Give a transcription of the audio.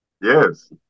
Yes